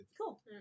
cool